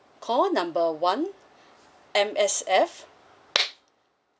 call number one M_S_F